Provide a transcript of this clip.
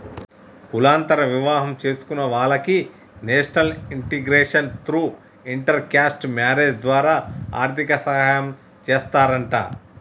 కులాంతర వివాహం చేసుకున్న వాలకి national integration through inter caste marriage ద్వారా ఆర్థిక సాయం చేస్తారంట